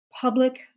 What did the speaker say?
public